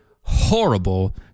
horrible